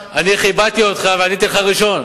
כיבדתי אותך ועניתי לך ראשון.